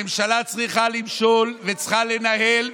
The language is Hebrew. הממשלה צריכה למשול וצריכה לנהל,